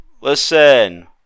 listen